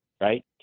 right